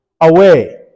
away